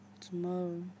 Tomorrow